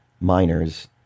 miners